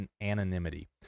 anonymity